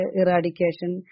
eradication